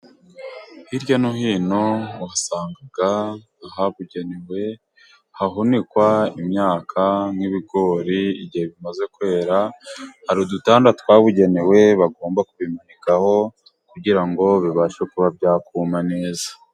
Hirya no hino uhasanga ahabugenewe hahunikwa imyaka nk'ibigori igihe bimaze kwera, hari udutanda twabugenewe bagomba kubimanikaho, kugira ngo bibashe kuba byakuma neza.